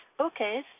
Okay